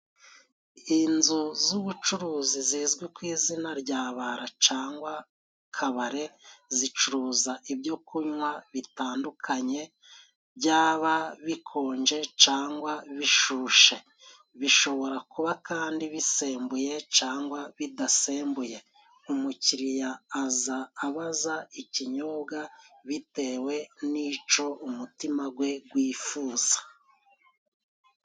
Inzu z'ubucuruzi zizwi ku izina rya bara cangwa kabare, zicuruza ibyokunywa bitandukanye, byaba bikonje cangwa bishushe. Bishobora kuba kandi bisembuye cangwa bidasembuye. Umukiriya aza abaza ikinyobwa bitewe n'ico umutima gwe gwifuza.